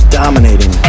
dominating